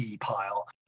pile